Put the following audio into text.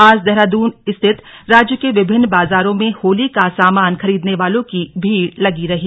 आज देहरादून सहित राज्य के विभिन्न बाजारों में होली का समान खरीदने वालों की भीड़ लगी रही